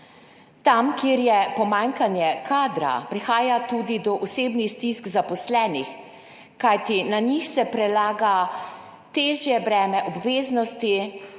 Tam, kjer je pomanjkanje kadra, prihaja tudi do osebnih stisk zaposlenih, kajti na njih se prelaga težje breme obveznosti,